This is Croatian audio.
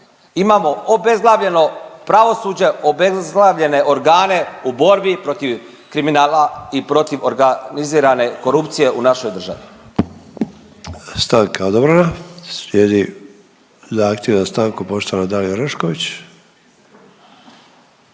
Imamo obezglavljeno pravosuđe, obezglavljene organe u borbi protiv kriminala i protiv organizirane korupcije u našoj državi. **Sanader, Ante (HDZ)** Stanka je odobrena. Slijedi zahtjev za stanku poštovana Dalija Orešković.